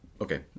Okay